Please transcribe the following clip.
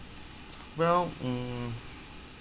well mm